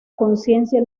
conciencia